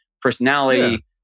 personality